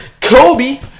Kobe